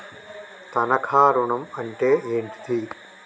తనఖా ఋణం అంటే ఏంటిది?